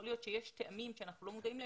יכול להיות שיש טעמים שאנחנו לא מודעים להם,